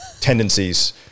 tendencies